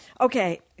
Okay